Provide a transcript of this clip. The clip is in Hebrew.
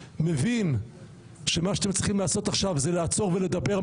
מבין שמה שאתם צריכים לעשות עכשיו זה לעצור ולדבר,